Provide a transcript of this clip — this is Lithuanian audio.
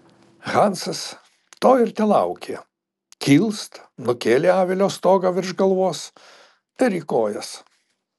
hansas to ir telaukė kilst nukėlė avilio stogą virš galvos ir į kojas